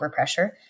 overpressure